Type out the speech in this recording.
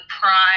pride